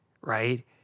right